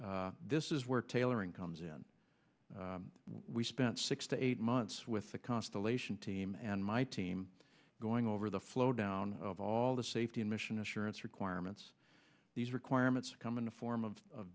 this is where tailoring comes in we spent six to eight months with the constellation team and my team going over the flow down of all the safety and mission assurance requirements these requirements come in the form of